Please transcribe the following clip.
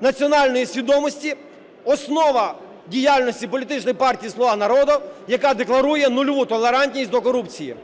національної свідомості, основа діяльності політичної партії "Слуга народу", яка декларує нульову толерантність до корупції.